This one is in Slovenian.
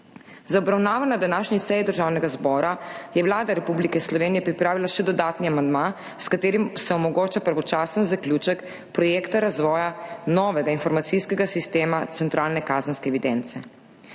Za obravnavo na današnji seji Državnega zbora je Vlada Republike Slovenije pripravila še dodatni amandma, s katerim se omogoča pravočasen zaključek projekta razvoja novega informacijskega sistema centralne kazenske evidence.